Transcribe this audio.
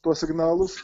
tuos signalus